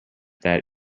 that